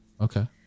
Okay